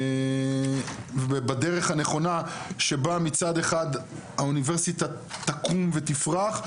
ובדרך הנכונה שבה מצד אחד האוניברסיטה תקום ותפרח,